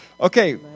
Okay